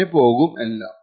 അങ്ങനെ പോകും എല്ലാം